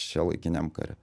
šiuolaikiniam kare